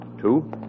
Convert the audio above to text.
Two